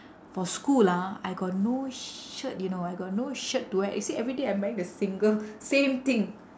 for school ah I got no shirt you know I got no shirt to wear you see every day I'm wearing the single same thing